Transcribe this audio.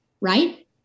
right